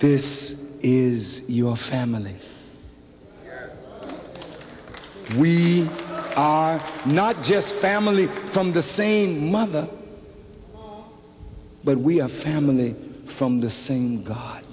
this is your family we are not just family from the same mother but we are family from the same god